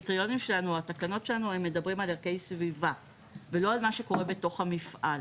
התקנות שלנו מדברים על ערכי סביבה ולא על מה שקורה בתוך המפעל,